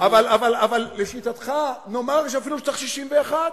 אבל לשיטתך, נאמר שאפילו צריך 61,